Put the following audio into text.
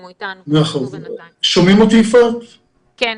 אדלר, בבקשה.